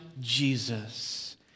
Jesus